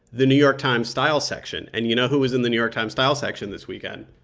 the new york times style section. and you know who is in the new york times style section this weekend?